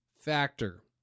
factor